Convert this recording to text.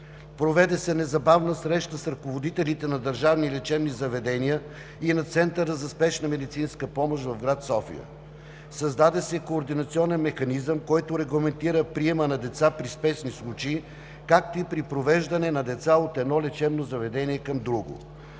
Проведе се незабавна среща с ръководителите на държавни лечебни заведения и на Центъра за спешна медицинска помощ в град София. Създаде се координационен механизъм, който регламентира приемa на деца при спешни случаи, както и при привеждане на деца от едно лечебно заведение към друго.